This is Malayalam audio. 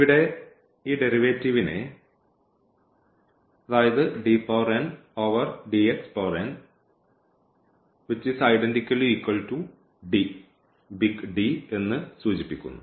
ഇവിടെ ഈ ഡെറിവേറ്റീവിനെ എന്ന് സൂചിപ്പിക്കുന്നു